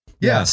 Yes